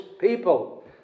people